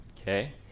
okay